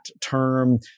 term